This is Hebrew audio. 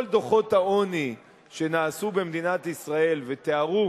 כל דוחות העוני שנעשו במדינת ישראל ותיארו